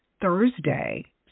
Thursday